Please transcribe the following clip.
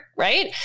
Right